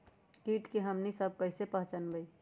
किट के हमनी सब कईसे पहचान बई?